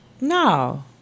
No